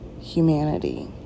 humanity